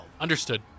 understood